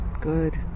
good